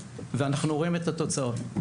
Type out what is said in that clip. ואנחנו רואים את התוצאות.